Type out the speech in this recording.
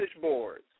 boards